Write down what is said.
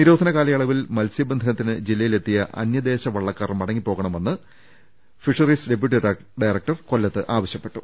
നിരോധന കാലയളവിൽ മത്സ്യബന്ധനത്തി ന് ജില്ലയിലെത്തിയ അന്യദേശ വള്ളക്കാർ മടങ്ങിപ്പോകണ മെന്ന് ഫിഷറീസ് ഡെപ്യൂട്ടി ഡയറക്ടർ ആവശ്യപ്പെട്ടു